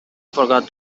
forgot